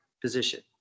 position